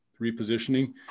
repositioning